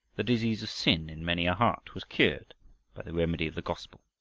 the disease of sin in many a heart was cured by the remedy of the gospel.